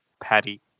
Patty